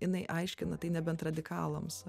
jinai aiškina tai nebent radikalams